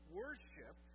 worship